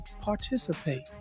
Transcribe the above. participate